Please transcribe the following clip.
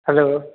hello